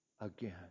again